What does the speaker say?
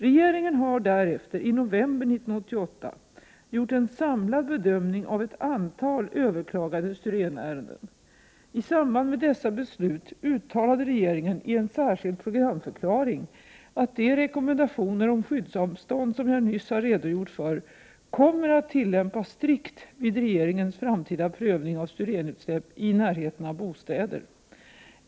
Regeringen har därefter, i november 1988, gjort en samlad bedömning av ett antal överklagade styrenärenden. I samband med dessa beslut uttalade regeringen i en särskild programförklaring att de rekommendationer om skyddsavstånd som jag nyss har redogjort för kommer att tillämpas strikt vid regeringens framtida prövning av styrenutsläpp i närheten av bostäder.